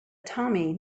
tommy